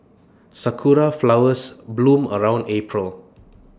Sakura Flowers bloom around April